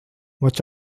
watch